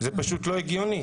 זה פשוט לא הגיוני.